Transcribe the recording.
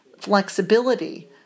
flexibility